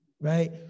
right